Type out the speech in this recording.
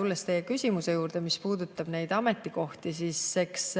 tulles teie küsimuse juurde, mis puudutab neid ametikohti, siis eks